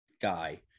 guy